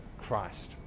Christ